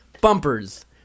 bumpers